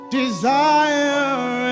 desire